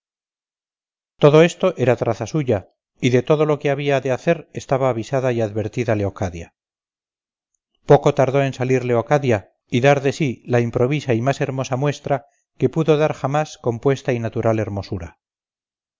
todo esto era traza suya y de todo lo que había de hacer estaba avisada y advertida leocadia poco tardó en salir leocadia y dar de sí la improvisa y más hermosa muestra que pudo dar jamás compuesta y natural hermosura